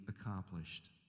accomplished